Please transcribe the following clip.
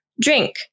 Drink